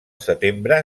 setembre